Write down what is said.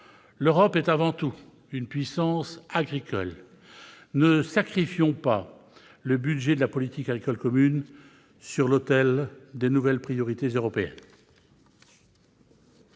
L'Europe est avant tout une puissance agricole : ne sacrifions pas le budget de la politique agricole commune sur l'autel des nouvelles priorités européennes